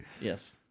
Yes